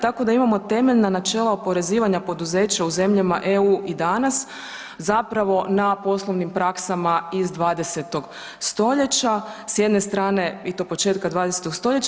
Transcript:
Tako da imamo temeljna načela oporezivanja poduzeća u zemljama EU i danas zapravo na poslovnim praksama iz 20. stoljeća s jedne strane i to početka 20. stoljeća.